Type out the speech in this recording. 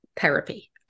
therapy